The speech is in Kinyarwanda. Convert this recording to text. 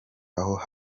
aho